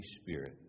Spirit